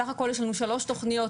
בסך הכל יש לנו שלושה תכניות,